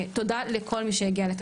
ותודה לכל מי שהגיע לכאן היום.